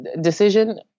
decision